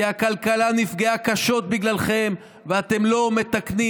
כי הכלכלה נפגעה קשות בגללכם ואתם לא מתקנים.